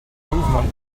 movement